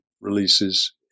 releases